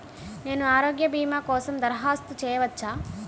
నేను ఆరోగ్య భీమా కోసం దరఖాస్తు చేయవచ్చా?